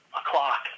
o'clock